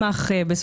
ממש